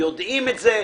יודעים את זה,